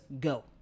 go